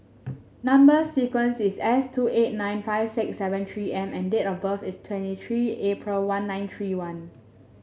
number sequence is S two eight nine five six seven three M and date of birth is twenty three April one nine three one